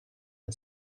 and